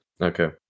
Okay